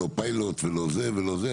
לא פיילוט לא זה ולא זה,